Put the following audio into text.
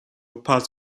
pass